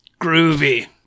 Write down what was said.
Groovy